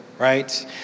Right